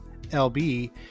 LB